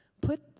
put